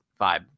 vibe